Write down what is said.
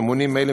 ממונים אלו,